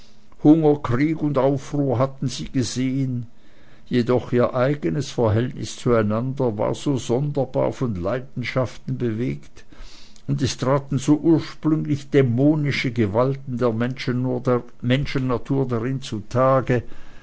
hunger krieg und aufruhr hatten sie gesehen jedoch ihr eigenes verhältnis zueinander war so sonderbar von leidenschaften bewegt und es traten so ursprünglich dämonische gewalten der menschennatur darin zutage